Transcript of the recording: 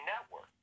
Network